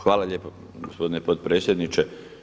Hvala lijepo gospodine potpredsjedniče.